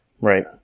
Right